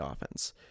offense